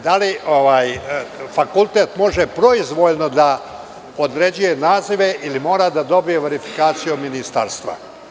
Da li fakultet može proizvoljno da određuje nazive ili mora da dobije verifikaciju od ministarstva?